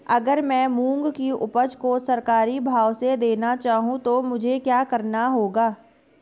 अगर मैं मूंग की उपज को सरकारी भाव से देना चाहूँ तो मुझे क्या करना होगा?